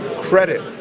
credit